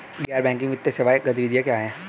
गैर बैंकिंग वित्तीय सेवा गतिविधियाँ क्या हैं?